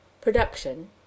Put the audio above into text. Production